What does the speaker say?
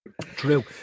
True